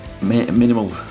minimal